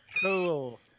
Cool